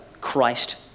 Christ